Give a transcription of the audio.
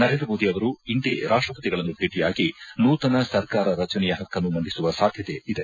ನರೇಂದ್ರಮೋದಿ ಅವರು ಇಂದೇ ರಾಷ್ಟಪತಿಗಳನ್ನು ಭೇಟಿಯಾಗಿ ನುತನ ಸರ್ಕಾರ ರಚನೆಯನ್ನುಪಕ್ಕನ್ನು ಮಂಡಿಸುವ ಸಾಧ್ಯತೆ ಇದೆ